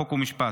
חוק ומשפט.